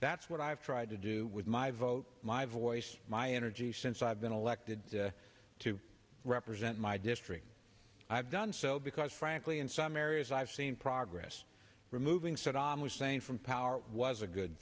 that's what i've tried to do with my vote my voice my energy since i've been elected to represent my district i've done so because frankly in some areas i've seen prague press removing saddam hussein from power was a good